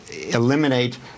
eliminate